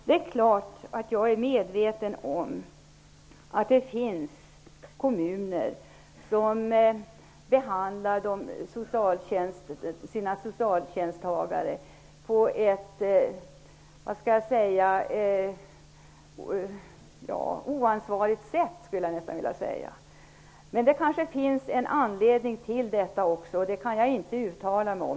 Jag är naturligtvis medveten om att det finns kommuner som behandlar sina socialtjänsttagare på ett -- jag skulle nästan vilja säga -- oansvarigt sätt. Men det kanske finns en anledning till detta också, det kan jag inte uttala mig om.